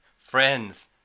Friends